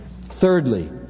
Thirdly